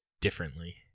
differently